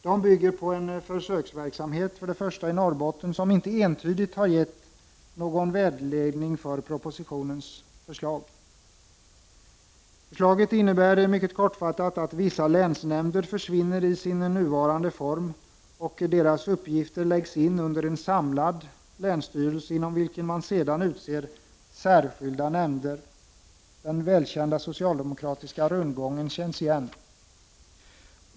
Debygs ZIG — ger på en försöksverksamhet i Norrbotten som inte entydigt har givit någon vägledning för propositionens förslag. Förslaget innebär mycket kortfattat att vissa länsnämnder försvinner i sin nuvarande form, och deras uppgifter läggs in under en samlad länsstyrelse, inom vilken man sedan utser särskilda nämnder. Den välbekanta socialdemokratiska rundgången känns igen.